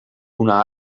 una